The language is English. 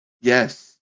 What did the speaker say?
Yes